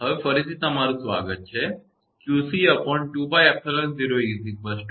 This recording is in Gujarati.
હવે ફરીથી સ્વાગત છે 𝑞𝑐 2𝜋𝜖𝑜 𝑟